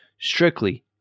Strictly